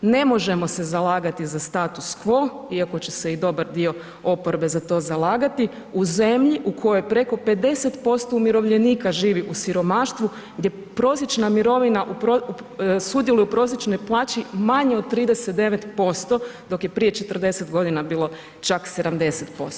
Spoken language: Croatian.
Ne možemo se zalagati za status quo iako će se i dobar dio oporbe za to zalagati u zemlji u kojoj preko 50% umirovljenika živi u siromaštvu gdje prosječna mirovina sudjeluje u prosječnoj plaći manje od 39%, dok je prije 40 godina bilo čak 70%